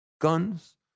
guns